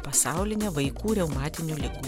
pasaulinę vaikų reumatinių ligų